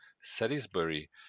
Salisbury